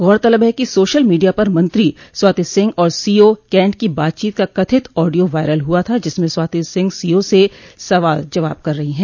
गौरतलब है कि सोशल मीडिया पर मंत्री स्वाति सिंह और सीओ कैन्ट की बातचीत का कथित आडियो वायरल हुआ था जिसमें स्वाति सिंह सीओ से सवाल जवाब कर रही हैं